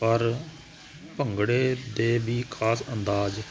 ਪਰ ਭੰਗੜੇ ਦੇ ਵੀ ਖਾਸ ਅੰਦਾਜ਼